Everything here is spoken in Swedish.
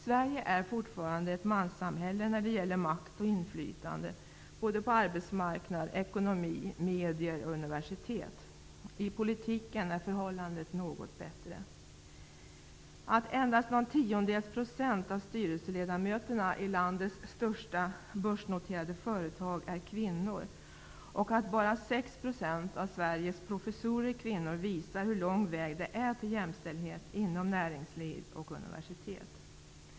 Sverige är fortfarande ett manssamhälle när det gäller makt och inflytande på arbetsmarknad, ekonomi, medier och universitet. I politiken är förhållandena något bättre. Att endast någon tiondels procent av styrelseledamöterna i landets största börsnoterade företag är kvinnor, och att bara 6 % procent av Sveriges professorer är kvinnor visar hur lång väg det är till jämställdhet inom näringsliv och universitet.